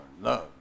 love